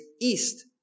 east